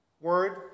word